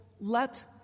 let